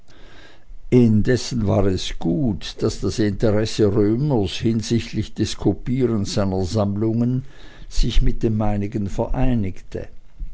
inzwischen war es gut daß das interesse römers hinsichtlich des kopierens seiner sammlungen sich mit dem meinigen vereinigte